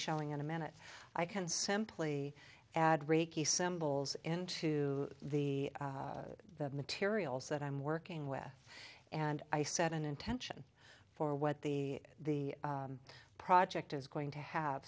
showing in a minute i can simply add reiki symbols into the materials that i'm working with and i set an intention for what the project is going to have